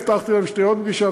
הבטחתי להם שתהיה עוד פגישה,